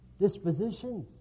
dispositions